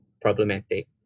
problematic